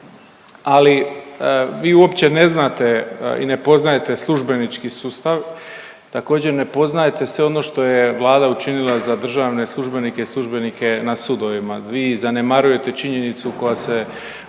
ali vi uopće ne znate i ne poznajete službenički sustav. Također ne poznajete sve ono što je Vlada učinila za državne službenike i službenike na sudovima. Vi zanemarujete činjenicu koja se